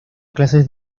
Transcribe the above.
clases